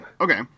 okay